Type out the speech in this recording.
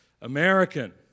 American